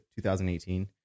2018